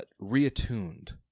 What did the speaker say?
reattuned